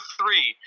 three